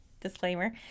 disclaimer